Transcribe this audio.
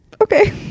okay